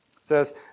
says